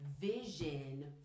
vision